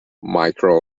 micro